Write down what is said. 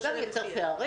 וזה גם יוצר פערים.